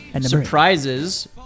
Surprises